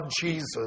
Jesus